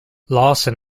lawson